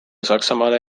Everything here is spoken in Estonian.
saksamaale